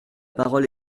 parole